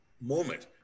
moment